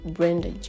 Brenda